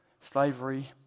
slavery